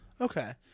okay